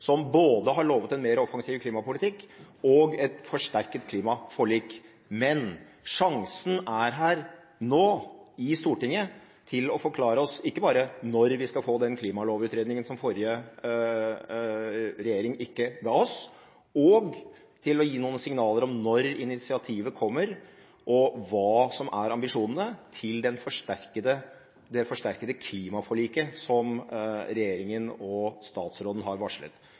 som har lovet både en mer offensiv klimapolitikk og et forsterket klimaforlik. Men sjansen er her nå, i Stortinget, til å forklare oss ikke bare når vi skal få den klimalovutredningen som den forrige regjeringen ikke ga oss, men også til å gi noen signaler om når initiativet kommer og hva som er ambisjonene når det gjelder det forsterkede klimaforliket som regjeringen og statsråden har varslet.